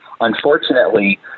Unfortunately